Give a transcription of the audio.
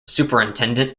superintendent